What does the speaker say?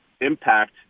impact